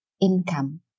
income